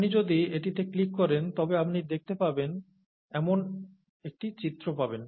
আপনি যদি এটিতে ক্লিক করেন তবে আপনি দেখতে পাবেন এমন একটি চিত্র পাবেন